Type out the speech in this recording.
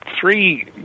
three